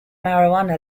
marijuana